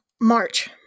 March